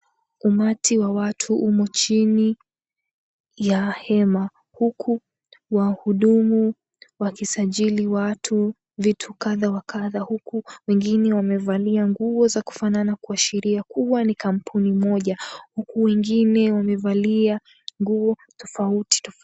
Umati wa watu umo chini ya hema, huku wahudumu wakisajili watu vitu kadha wa kadha, huku wengine wamevalia nguo za kufanana kuashiria kuwa ni kampuni moja, huku wengine wamevalia nguo tofauti.